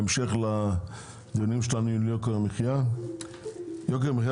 בהמשך לדיונים על יוקר המחייה: "יוקר המחיה